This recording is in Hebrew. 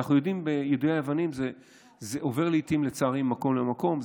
אנחנו יודעים שיידוי אבנים עובר לצערי ממקום למקום,